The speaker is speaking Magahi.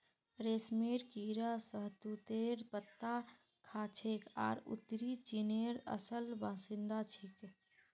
रेशमेर कीड़ा शहतूतेर पत्ता खाछेक आर उत्तरी चीनेर असल बाशिंदा छिके